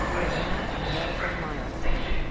and now a medical milestone.